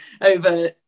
over